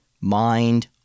Mind